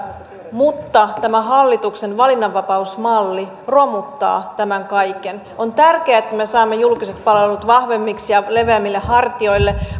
mutta tämä hallituksen valinnanvapausmalli romuttaa tämän kaiken on tärkeää että me saamme julkiset palvelut vahvemmiksi ja leveämmille hartioille